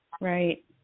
Right